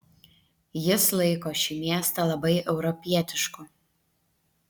jis laiko šį miestą labai europietišku